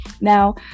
Now